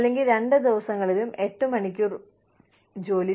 അല്ലെങ്കിൽ രണ്ട് ദിവസങ്ങളിലും 8 മണിക്കൂർ ജോലി